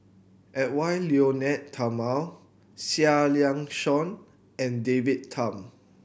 Edwy Lyonet Talma Seah Liang Seah and David Tham